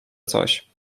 coś